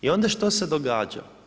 I onda što se događa?